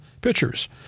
pitchers